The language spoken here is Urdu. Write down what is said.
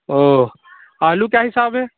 اوہ آلو کیا حساب ہے